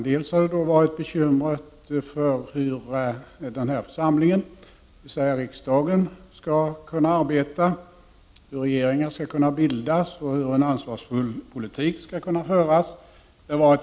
Den ena har varit bekymret för hur den här församlingen, dvs. riksdagen, skall kunna arbeta, hur en regering skall kunna bildas och hur en ansvarsfull politik skall kunna föras.